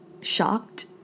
shocked